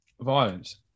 violence